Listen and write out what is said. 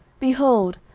behold,